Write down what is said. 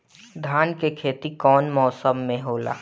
धान के खेती कवन मौसम में होला?